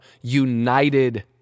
united